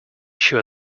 sure